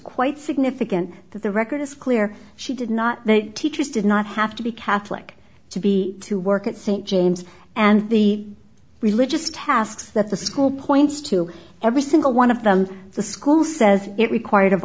quite significant that the record is clear she did not that teachers did not have to be catholic to be to work at st james and the religious tasks that the school points to every single one of them the school says it required of